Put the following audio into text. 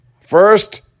First